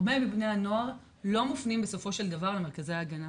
הרבה מבני הנוער לא מופנים בסופו של דבר למרכזי ההגנה.